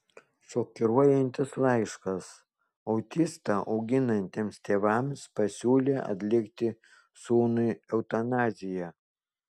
šokiruojantis laiškas autistą auginantiems tėvams pasiūlė atlikti sūnui eutanaziją